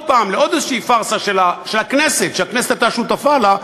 פעם לעוד פארסה שהכנסת הייתה שותפה לה,